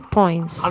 points